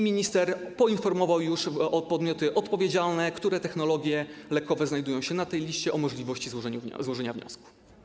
Minister poinformował już podmioty odpowiedzialne o tym, które technologie lekowe znajdują się na tej liście, i o możliwości złożenia wniosku.